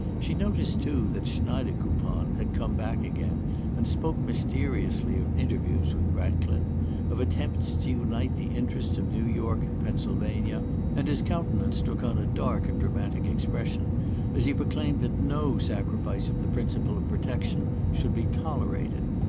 she noticed too that schneidekoupon had come back again and spoke mysteriously of interviews with ratcliffe of attempts to unite the interests of new york and pennsylvania and his countenance took on a dark and dramatic expression as he proclaimed that no sacrifice of the principle of protection should be tolerated.